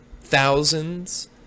thousands